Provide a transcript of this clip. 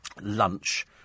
lunch